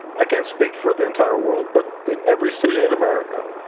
i can't speak for the entire world, but in every city in america,